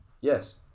Yes